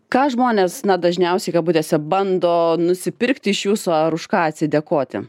ką žmonės dažniausiai kabutėse bando nusipirkti iš jūsų ar už ką atsidėkoti